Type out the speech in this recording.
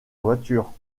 voiture